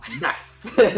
Nice